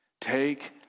take